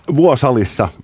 vuosalissa